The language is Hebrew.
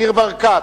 ניר ברקת,